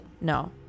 No